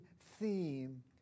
theme